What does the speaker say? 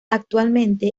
actualmente